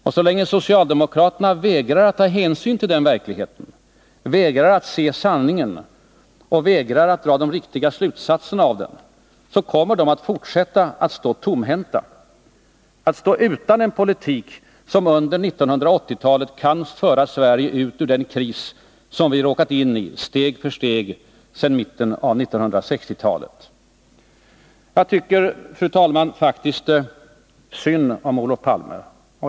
Och så länge socialdemokraterna vägrar att ta hänsyn till verkligheten, vägrar att se sanningen och vägrar att dra de riktiga slutsatserna av den, kommer de att fortsätta att stå tomhänta, att stå utan en politik som under 1980-talet kan föra Sverige ut ur den kris som vi råkat in i steg för steg sedan mitten av 1960-talet. Jag tycker, fru talman, synd om Olof Palme.